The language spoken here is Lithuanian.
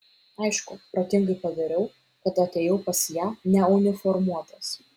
aišku protingai padariau kad atėjau pas ją neuniformuotas